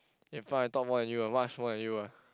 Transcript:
in front I talk more than you much more than you ah